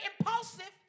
impulsive